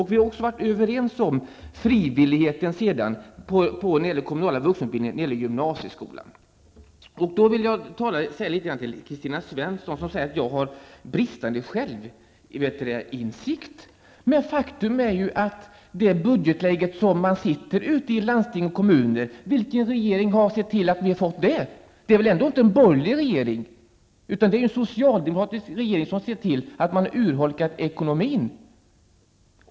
Vi har också varit överens om frivilligheten när det gäller kommunal vuxenutbildning på gymnasienivå. Kristina Svensson säger att jag har bristande självinsikt. Men vilken regering är det som har sett till att vi har fått det budgetläge som landsting och kommuner nu har? Det är väl ändå inte en borgerlig regering. Det är en socialdemokratisk regering som har sett till att man har urholkat ekonomin.